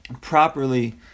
properly